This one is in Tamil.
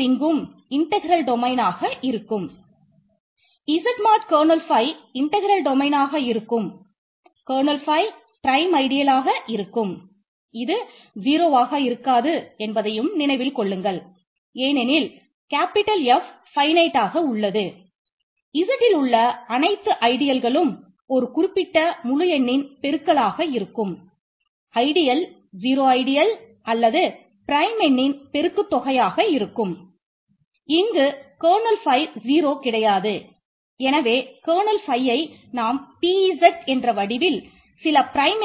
Z மாடு